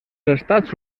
estats